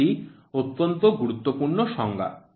এটি অত্যন্ত গুরুত্বপূর্ণ সংজ্ঞা